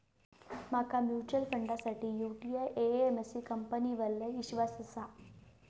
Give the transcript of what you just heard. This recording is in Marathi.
माका म्यूचुअल फंडासाठी यूटीआई एएमसी कंपनीवर लय ईश्वास आसा